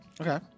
Okay